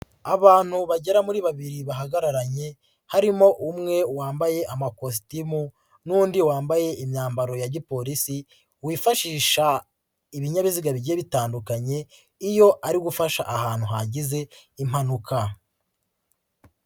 Abantu bagera muri babiri bahagararanye, harimo umwe wambaye amakositimu n'undi wambaye imyambaro ya gipolisi wifashisha ibinyabiziga bigiye bitandukanye iyo ari gufasha ahantu hagize impanuka.